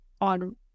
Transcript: on